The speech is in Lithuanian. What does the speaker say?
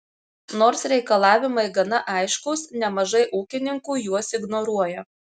nors reikalavimai gana aiškūs nemažai ūkininkų juos ignoruoja